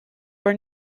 por